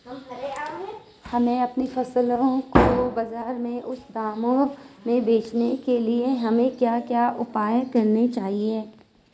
हमें अपनी फसल को बाज़ार में उचित दामों में बेचने के लिए हमें क्या क्या उपाय करने चाहिए?